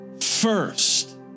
first